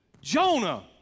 Jonah